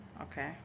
okay